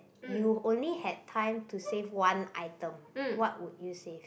you only had time to save one item what would you save